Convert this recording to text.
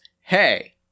Hey